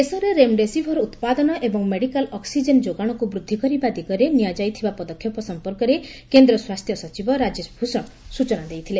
ଦେଶରେ ରେମଡେସିଭିର୍ ଉତ୍ପାଦନ ଏବଂ ମେଡିକାଲ ଅକ୍ନିଜେନ ଯୋଗାଣକୁ ବୃଦ୍ଧି କରିବା ଦିଗରେ ନିଆଯାଇଥିବା ପଦକ୍ଷେପ ସମ୍ପର୍କରେ କେନ୍ଦ୍ର ସ୍ୱାସ୍ଥ୍ୟ ସଚିବ ରାଜେଶ ଭୂଷଣ ସୂଚନା ଦେଇଥିଲେ